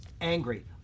angry